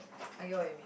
I get what you mean